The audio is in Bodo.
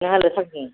नोंहालाय थांदों